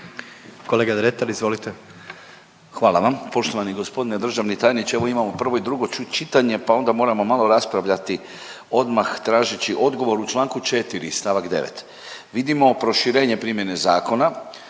**Dretar, Davor (DP)** Hvala vam. Poštovani g. državni tajniče, evo imamo prvo i drugo čitanje pa onda moramo malo raspravljati odmah tražeći odgovor. U čl. 4. st. 9. vidimo proširenje primjene zakona